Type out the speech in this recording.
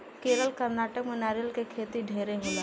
केरल, कर्नाटक में नारियल के खेती ढेरे होला